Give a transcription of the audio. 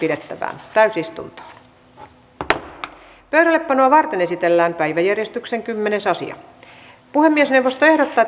pidettävään täysistuntoon pöydällepanoa varten esitellään päiväjärjestyksen kymmenes asia puhemiesneuvosto ehdottaa